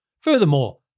Furthermore